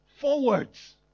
Forwards